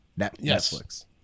Netflix